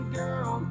girl